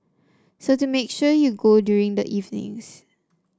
so to make sure you go during the evenings